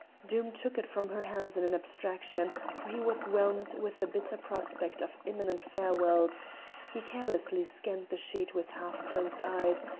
doom took it from her hands in an abstraction, for he was whelmed with the bitter prospect of imminent farewells he carelessly scanned the sheet with half-closed eyes,